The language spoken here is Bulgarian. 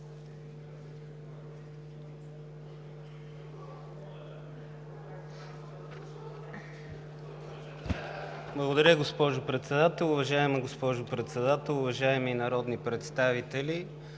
Благодаря, госпожо Председател. Уважаема госпожо Председател, уважаеми народни представители!